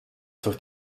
durch